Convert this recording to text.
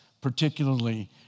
particularly